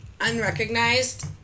unrecognized